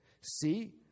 See